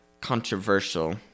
controversial